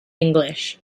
english